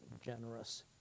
generous